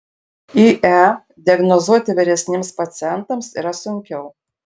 ie diagnozuoti vyresniems pacientams yra sunkiau